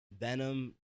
Venom